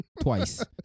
twice